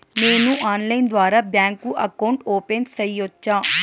నేను ఆన్లైన్ ద్వారా bank account open సేయొచ్చా?